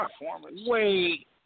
Wait